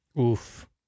Oof